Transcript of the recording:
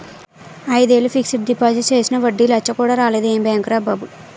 ఐదేళ్ళు fixed deposit చేసినా వడ్డీ లచ్చ కూడా రాలేదు ఏం బాంకురా బాబూ